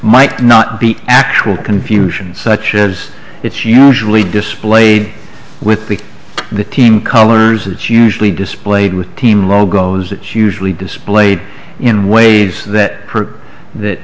might not be actual confusion such as it's usually displayed with the the team colors it's usually displayed with team logos it's usually displayed in ways that